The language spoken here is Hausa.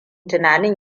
tunanin